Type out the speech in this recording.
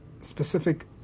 specific